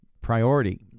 priority